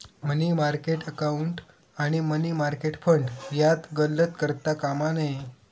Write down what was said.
मनी market account आणि money market fund यात गल्लत करता कामा नये